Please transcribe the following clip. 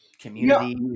community